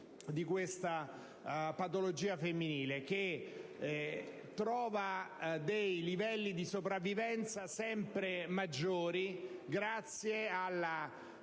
di questa patologia femminile, che trova livelli di sopravvivenza sempre maggiori grazie alla